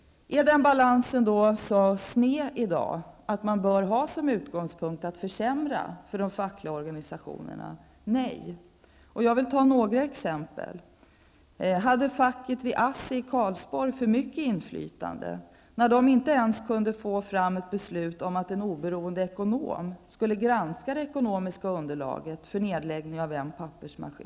Är balansen så sned i dag att man bör ha som utgångspunkt att försämra för de fackliga organisationerna? Nej! Jag vill ta några exempel. Hade facket vid ASSI i Karlsborg för mycket inflytande när facket inte ens kunde åstadkomma ett beslut om att en oberoende ekonom skulle granska det ekonomiska underlaget för nedläggning av en pappersmaskin?